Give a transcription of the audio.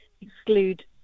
exclude